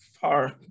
far